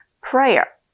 Prayer